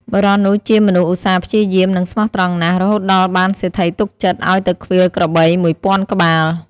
បុរសនោះជាមនុស្សឧស្សាហ៍ព្យាយាម និងស្មោះត្រង់ណាស់ រហូតដល់បានសេដ្ឋីទុកចិត្តឲ្យទៅឃ្វាលក្របី ១០០០ ក្បាល។